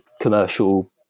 commercial